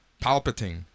Palpatine